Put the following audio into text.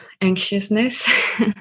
anxiousness